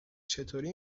چطوری